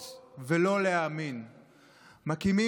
מצחכם.